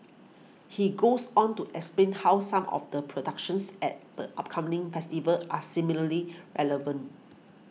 he goes on to explain how some of the productions at the upcoming festival are similarly relevant